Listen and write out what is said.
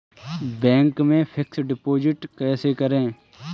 Bank में fix deposit कैसे करें?